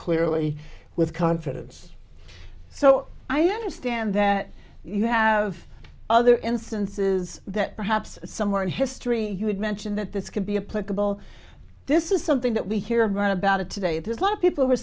clearly with confidence so i understand that you have other instances that perhaps somewhere in history you had mentioned that this could be a political this is something that we hear about it today there's a lot of people who are